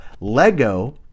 Lego